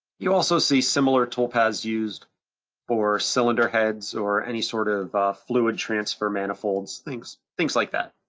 you also see similar toolpaths used for cylinder heads or any sort of a fluid transfer manifolds, things things like that.